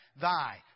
thy